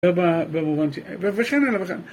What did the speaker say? ובשנה לבחן